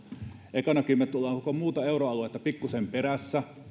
ekanakin me tulemme koko muuta euroaluetta pikkusen perässä